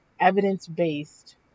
evidence-based